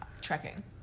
trekking